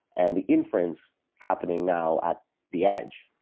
and the inference happening now at the edge.